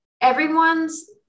everyone's